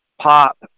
pop